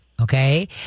okay